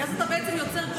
כי אז אתה בעצם יוצר קושי,